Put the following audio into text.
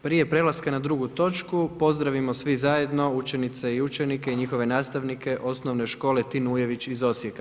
Prije prelaska na drugu točku pozdravimo svi zajedno učenice i učenike i njihove nastavnike Osnovne škole Tin Ujević iz Osijeka.